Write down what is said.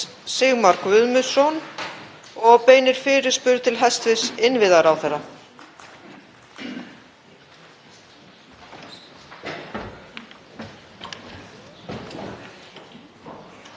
Virðulegur forseti. Það er fagnaðarefni að Framsóknarflokkurinn skuli sýna það frumkvæði í ríkisstjórninni að setja veiðigjöldin á dagskrá.